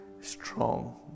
strong